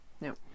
no